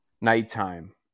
nighttime